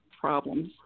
problems